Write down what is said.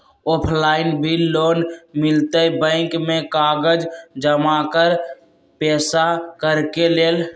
Offline भी loan मिलहई bank में कागज जमाकर पेशा करेके लेल?